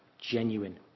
genuine